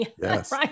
Yes